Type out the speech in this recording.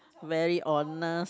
very honest